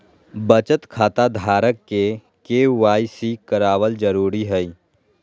बचत खता धारक के के.वाई.सी कराबल जरुरी हइ